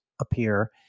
appear